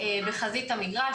בחזית המגרש,